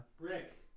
Rick